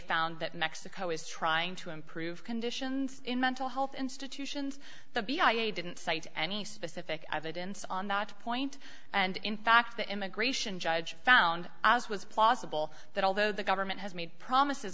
found that mexico is trying to improve conditions in mental health institutions the b i a didn't cite any specific evidence on that point and in fact the immigration judge found as was plausible that although the government has made promises